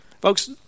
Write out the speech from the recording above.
Folks